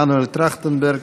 מנואל טרכטנברג,